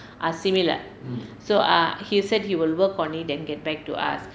are similar so uh he said he will work on it and get back to us